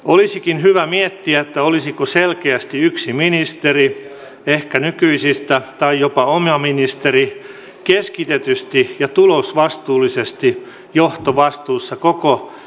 olisikin hyvä miettiä olisiko selkeästi ehkä yksi ministeri nykyisistä tai jopa oma ministeri keskitetysti ja tulosvastuullisesti johtovastuussa koko digitalisaatiosta